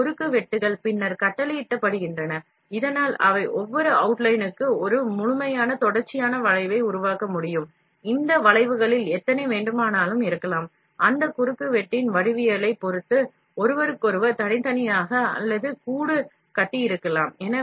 இந்த குறுக்குவெட்டுகள் பின்னர் கட்டளையிடப்படுகின்றன இதனால் அவை ஒவ்வொரு அவுட்லைனுக்கும் ஒரு முழுமையான தொடர்ச்சியான வளைவை உருவாக்க முடியும் இந்த வளைவுகளில் எத்தனை வேண்டுமானாலும் இருக்கலாம் அந்த குறுக்குவெட்டின் வடிவவியலைப் பொறுத்து ஒருவருக்கொருவர் தனித்தனியாக அல்லது கூட்டாக இருக்கலாம்